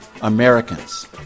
Americans